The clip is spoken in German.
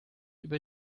über